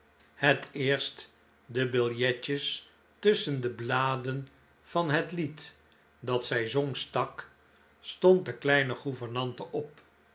het eerst de biljetjes tusschen de bladen van het lied dat zij zong stak stond de kleine gouvernante op